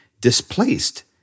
displaced